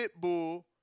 Pitbull